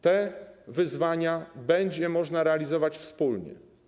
Te wyzwania będzie można realizować wspólnie.